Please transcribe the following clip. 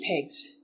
pigs